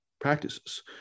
practices